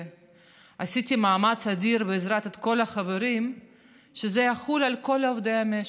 ועשיתי מאמץ אדיר בעזרת כל החברים שזה יחול על כל עובדי המשק,